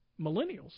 millennials